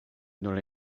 nur